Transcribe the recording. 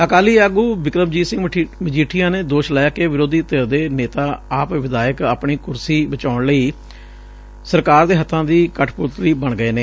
ਅਕਾਲੀ ਆਗੁ ਬਿਕਰਮਜੀਤ ਸਿੰਘ ਮਜੀਠੀਆ ਨੇ ਦੋਸ਼ ਲਾਇਐ ਕਿ ਵਿਰੋਧੀ ਧਿਰ ਦੇ ਨੇਤਾ ਆਪ ਵਿਧਾਇਕ ਆਪਣੀ ਕੁਰਸੀ ਬਚਾਉਣ ਲਈ ਸਰਕਾਰ ਦੇ ਹੱਬਾਂ ਦੀ ਕਠਪੁਤਲੀ ਬਣ ਗਏ ਨੇ